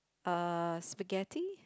uh spaghetti